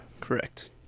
correct